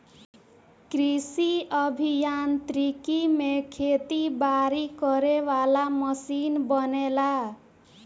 कृषि अभि यांत्रिकी में खेती बारी करे वाला मशीन बनेला